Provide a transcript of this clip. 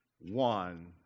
one